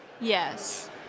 Yes